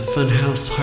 Funhouse